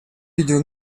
видел